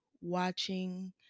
watching